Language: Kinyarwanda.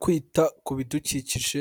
Kwita ku bidukikije